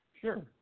Sure